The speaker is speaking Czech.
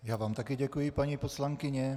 Já vám také děkuji, paní poslankyně.